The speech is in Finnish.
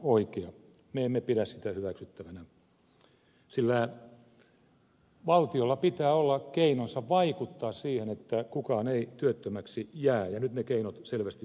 me emme pidä sitä hyväksyttävänä sillä valtiolla pitää olla keinonsa vaikuttaa siihen että kukaan ei työttömäksi jää ja nyt ne keinot selvästi puuttuvat